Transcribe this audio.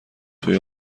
توی